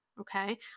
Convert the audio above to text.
Okay